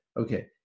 okay